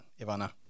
Ivana